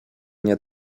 nie